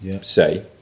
say